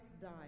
died